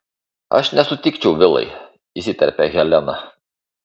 aš nesutikčiau vilai įsiterpia helena